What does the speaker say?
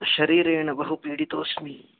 शरीरेण बहु पीडितोऽस्मि